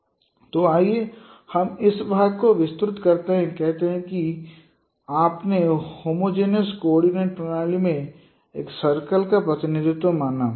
तो आइए हम इस भाग को विस्तृत करते हैं कहते हैं कि आपने होमोजेनोस कोआर्डिनेट प्रणाली में एक सर्कल का प्रतिनिधित्व माना